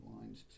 lines